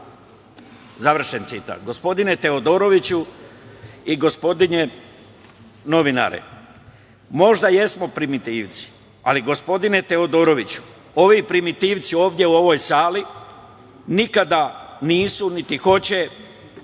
završen citat. Gospodine Teodoroviću i gospodine novinare, možda jesmo primitivci, ali gospodine Teodoroviću, ovi primitivci ovde u ovoj sali nikada nisu niti hoće pobeći